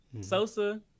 Sosa